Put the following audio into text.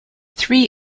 three